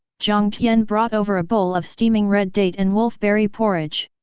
jiang tian brought over a bowl of steaming red date and wolfberry porridge.